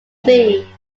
fee